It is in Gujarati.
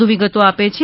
વધુ વિગતો આપે છે